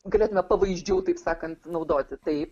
galėtume pavaizdžiau taip sakant naudoti tai